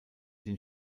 den